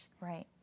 right